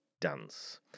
dance